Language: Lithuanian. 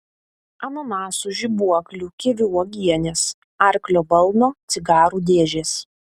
ananasų žibuoklių kivių uogienės arklio balno cigarų dėžės